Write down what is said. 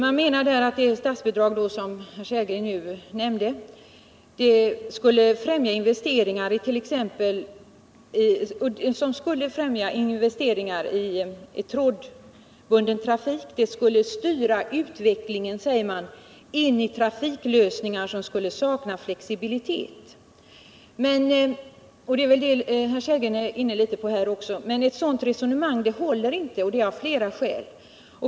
Där sägs att det statsbidrag som vi nu talar om och som skulle främja investeringar i trådbunden trafik skulle styra utvecklingen in i trafiklösningar, som skulle sakna flexibilitet. Men ett sådant resonemang håller inte — detta av flera skäl.